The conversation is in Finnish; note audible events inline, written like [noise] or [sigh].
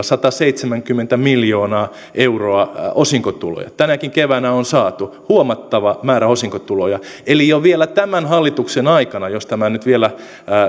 [unintelligible] sataseitsemänkymmentä miljoonaa euroa osinkotuloja tänäkin keväänä on saatu huomattava määrä osinkotuloja eli jo vielä tämän hallituksen aikana jos tämä nyt vielä